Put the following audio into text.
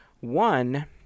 One